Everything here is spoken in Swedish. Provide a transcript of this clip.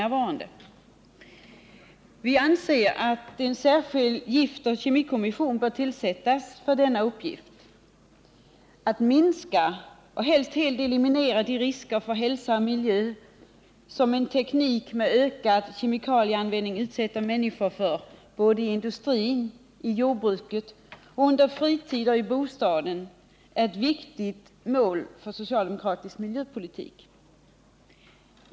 Nr 126 Vi anser att en särskild giftoch kemikommission bör tillsättas för denna Onsdagen den uppgift. Att minska och helst eliminera de risker för hälsa och miljö som en 18 april 1979 teknik med ökad kemikalieanvändning utsätter människorna för, såväl i industrin och i jordbruket som under fritid och i bostaden, är ett viktigt mål för socialdemokratisk miljöpolitik.